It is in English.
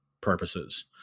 purposes